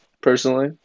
personally